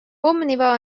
omniva